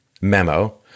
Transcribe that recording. memo